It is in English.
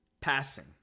passing